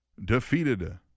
Defeated